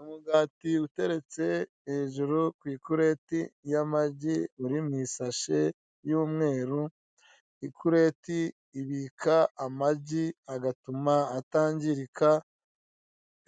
Umugati uteretse hejuru ku ikureti y'amagi uri mu isashi y'umweru, ikureti ibika amagi agatuma atangirika.